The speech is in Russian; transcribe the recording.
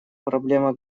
проблема